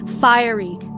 fiery